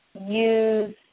use